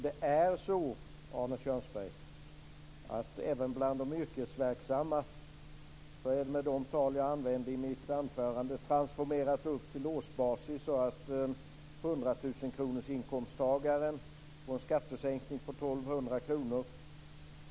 Det är så, Arne Kjörnsberg, att även när det gäller de yrkesverksamma får den inkomsttagare som tjänar 100 000 kr - med de siffror som jag använde i mitt anförande transformerade till årsbasis - en skattesänkning på 1 200 kr.